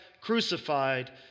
crucified